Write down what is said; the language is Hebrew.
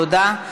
תודה.